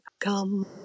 Come